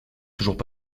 toujours